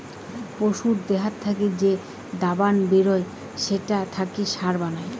পশুর দেহত থাকি যে দবন বেরুই সেটা থাকি সার বানায়